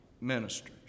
ministers